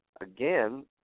again